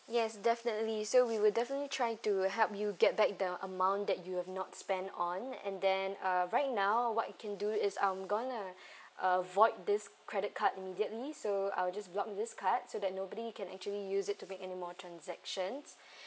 yes definitely so we will definitely try to help you get back the amount that you've not spend on and then uh right now what I can do is I'm going to uh void this credit card immediately so I'll block this card so that nobody can actually use it to make anymore transactions